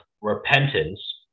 repentance